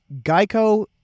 Geico